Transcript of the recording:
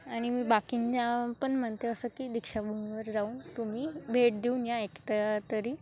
आणि मी बाकींना पण म्हणते असं की दीक्षाभूमीवर जाऊन तुम्ही भेट देऊन या एकदा तरी